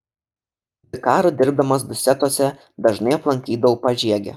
vikaru dirbdamas dusetose dažnai aplankydavau pažiegę